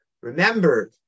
Remember